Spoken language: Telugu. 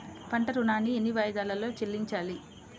పంట ఋణాన్ని ఎన్ని వాయిదాలలో చెల్లించాలి?